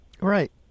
Right